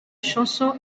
chanson